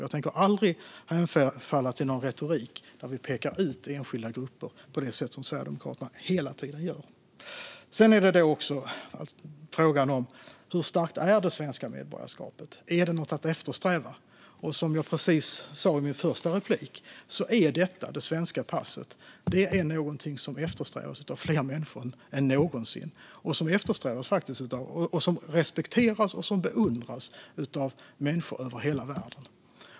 Jag tänker aldrig hemfalla till en retorik där vi pekar ut enskilda grupper på det sätt som Sverigedemokraterna hela tiden gör. Sedan är frågan hur starkt det svenska medborgarskapet är. Är det något att eftersträva? Som jag sa i mitt första inlägg är det svenska passet någonting som eftersträvas av fler människor än någonsin. Det eftersträvas, respekteras och beundras av människor över hela världen.